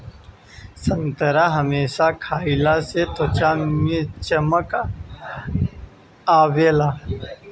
संतरा हमेशा खइला से त्वचा में चमक आवेला